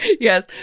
Yes